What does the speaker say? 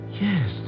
Yes